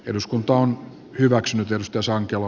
voittaa on hyväksynyt joustosankelo